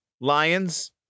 Lions